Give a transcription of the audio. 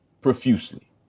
profusely